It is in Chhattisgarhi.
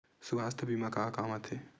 सुवास्थ बीमा का काम आ थे?